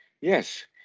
Yes